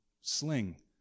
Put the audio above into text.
sling